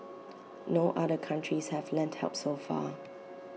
no other countries have lent help so far